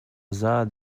zad